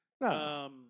No